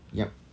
yup